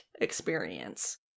experience